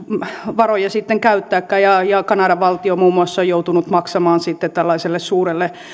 varoja sitten käyttääkään ja ja kanadan valtio muun muassa on joutunut maksamaan sitten tällaiselle suurelle